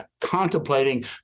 contemplating